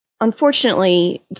unfortunately